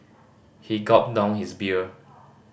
he gulped down his beer